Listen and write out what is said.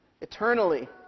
eternally